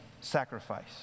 sacrifice